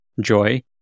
joy